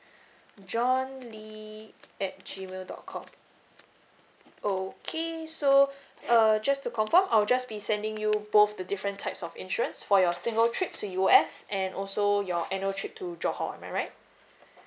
john lee at G mail dot com okay so uh just to confirm I'll just be sending you both the different types of insurance for your single trip to U_S and also your annual trip to johor am I right